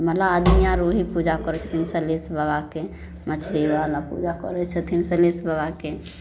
मलाह आदमी आओर वएह पूजा करै छथिन सलहेस बाबाके मछरीवला पूजा करै छथिन सलहेस बाबाके